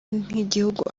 nk’igihugu